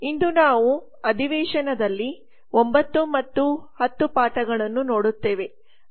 ಇಂದು ನಾವು ಈ ಅಧಿವೇಶನದಲ್ಲಿ 9 ಮತ್ತು 10 ಪಾಠಗಳನ್ನು ನೋಡುತ್ತೇವೆ